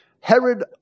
Herod